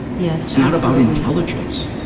yeah it's not about intelligence.